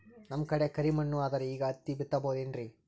ನಮ್ ಕಡೆ ಕರಿ ಮಣ್ಣು ಅದರಿ, ಈಗ ಹತ್ತಿ ಬಿತ್ತಬಹುದು ಏನ್ರೀ?